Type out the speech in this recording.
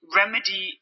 remedy